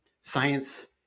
science